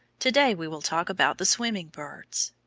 to-day we will talk about the swimming birds.